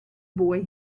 boy